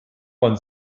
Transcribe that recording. man